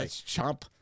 chomp